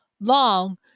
long